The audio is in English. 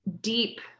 deep